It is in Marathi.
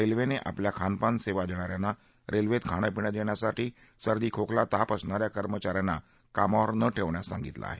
रेल्वेने आपल्या खानपान सेवा देणाऱ्यांना रेल्वेत खाणपिणं देण्यासाठी सर्दी खोकला ताप असणाऱ्या कर्मचाऱ्यांना कामावर न ठेवण्यास सांगितलं आहे